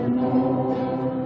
more